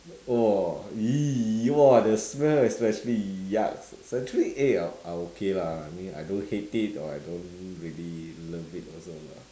!whoa! !ee! !wah! the smell especially yucks century egg ah I okay lah I mean I don't hate it or I don't really love it also lah